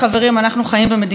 אנחנו חיים במדינת חוק דמוקרטית,